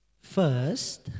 First